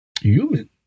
human